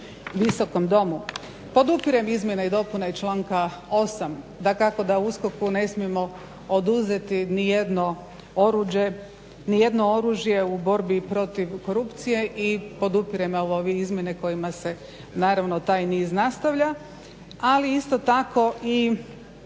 Visokom domu. Podupirem izmjene i dopune članka 8.dakako da USKOK-u ne smijemo oduzeti nijedno oruđe, nijedno oružje u borbi protiv korupcije i podupirem ove izmjene kojima se naravno taj niz nastavlja. Ali isto tako i